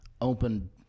open